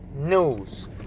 news